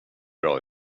bra